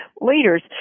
leaders